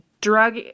drug